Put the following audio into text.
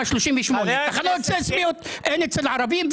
וגם תחנות סיסמיות אין אצל הערבים,